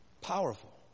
Powerful